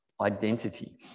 identity